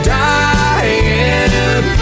dying